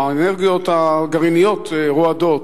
האנרגיות הגרעיניות רועדות.